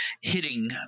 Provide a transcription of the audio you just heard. hitting